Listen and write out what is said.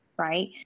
right